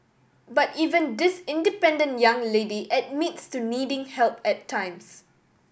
but even this independent young lady admits to needing help at times